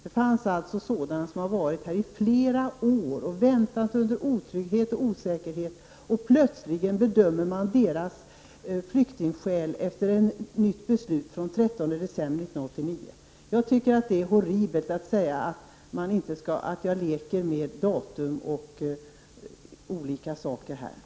Det fanns alltså sådana som väntat i flera år i Sverige under otrygghet och osäkerhet. Plötsligt bedöms deras flyktingskäl efter regler av den 13 december 1989. Det är horribelt att säga att jag leker med datum bl.a.